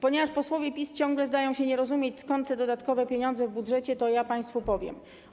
Ponieważ posłowie PiS ciągle zdają się nie rozumieć, skąd są dodatkowe pieniądze w budżecie, to ja państwu powiem.